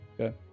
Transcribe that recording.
Okay